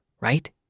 right